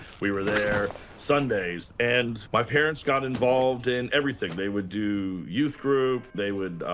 we were there sundays. and, my parents got involved in everything. they would do youth group, they would,